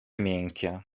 miękkie